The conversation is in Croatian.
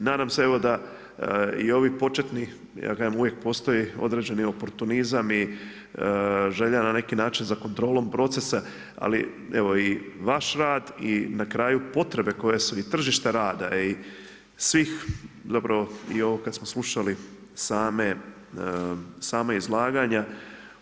Nadam se evo da i ovi početni, ja kažem uvijek postoji određeni oportunizam i želja na neki način za kontrolom procesa ali evo i vaš rad i na kraju potrebe koje su i tržište rada i svih zapravo i ovo kada smo slušali sama izlaganja